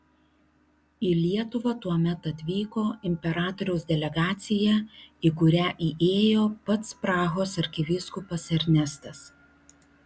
į lietuvą tuomet atvyko imperatoriaus delegacija į kurią įėjo pats prahos arkivyskupas ernestas